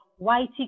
Whitey